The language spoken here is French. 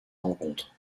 rencontre